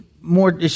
more